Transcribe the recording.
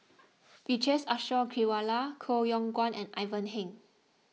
Vijesh Ashok Ghariwala Koh Yong Guan and Ivan Heng